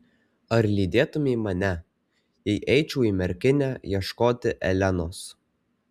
ar lydėtumei mane jei eičiau į merkinę ieškoti elenos